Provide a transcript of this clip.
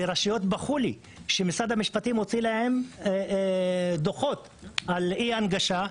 ורשויות בכו לי שמשרד המשפטים הוציא להם דוחות על אי הנגשה.